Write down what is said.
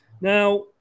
Now